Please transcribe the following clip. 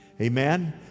Amen